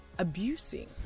Abusing